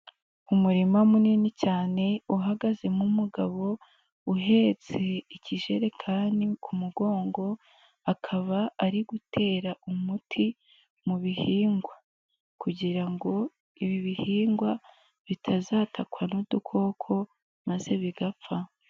Umurima munini cyane uhagazemo umugabo uhetse ikijerekani ku mugongo, akaba ari gutera umuti mu bihingwa kugira ngo ibi bihingwa bitazatakwa n'udukoko maze bigapfa.